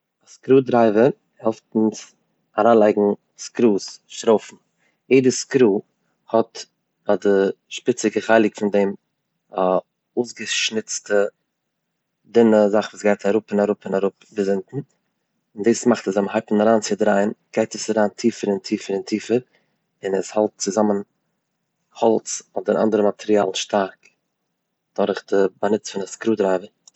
א סקרו דרייווער העלפט אונז אריינלייגן סקרוס, שרויפן. יעדע סקרו האט ביי די שפיציגע חלק פון דעם א אויסגעשניצטע דינע זאך וואס גייט אראפ און אראפ און אראפ ביז אונטן, און דעס מאכט אז ווען מען הייבט אן אריינצודרייען גייט עס אריין טיפער און טיפער און טיפער און עס האלט צוזאמען האלץ אדער אנדערע מאטריאלן שטארק, דורך די באנוץ פון א סקרו דרייווער.